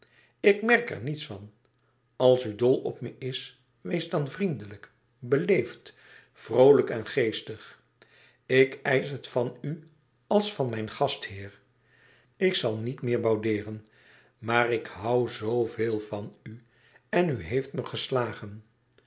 ik merk er niets van als u dol op me is wees dan vriendelijk beleefd vroolijk en geestig ik eisch het van u als van mijn gastheer ik zal niet meer boudeeren maar ik hoû zooveel van u en u heeft me geslagen